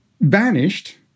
vanished